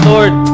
Lord